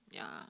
yeah